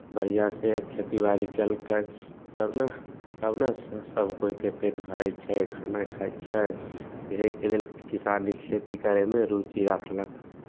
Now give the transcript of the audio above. बढ़िआँसँ खेतीबाड़ी केलकै तब ने तब ने स सभ कोइकेँ पेट भरै छै खाना खाइ छै एहिके लेल किसानी खेती करयमे रुचि राखलक